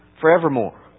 forevermore